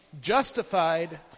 Justified